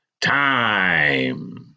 time